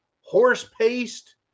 horse-paced